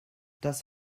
das